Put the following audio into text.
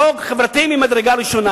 חוק חברתי ממדרגה ראשונה,